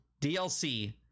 DLC